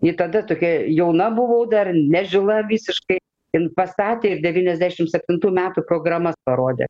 ji tada tokia jauna buvau dar nežila visiškai jin pastatė ir devyniasdešimt septintų metų programas parodė